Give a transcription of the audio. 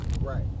right